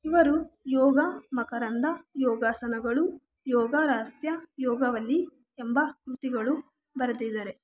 ಇವರು ಯೋಗ ಮಕರಂದ ಯೋಗಾಸನಗಳು ಯೋಗ ರಹಸ್ಯ ಯೋಗವಲ್ಲಿ ಎಂಬ ಕೃತಿಗಳು ಬರೆದಿದ್ದಾರೆ